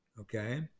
okay